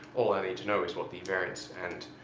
all i need to know is what the variance and